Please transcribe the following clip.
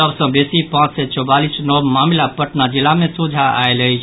सभ सँ बेसी पांच सय चौवालीस नव मामिला पटना जिला मे सोझा आयल अछि